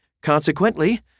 Consequently